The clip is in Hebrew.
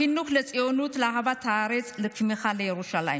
לחינוך לציונות, לאהבת הארץ, לתמיכה בירושלים